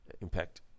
impact